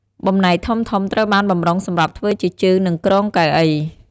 បំណែកធំៗត្រូវបានបម្រុងសម្រាប់ធ្វើជាជើងនិងគ្រោងកៅអី។